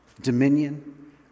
dominion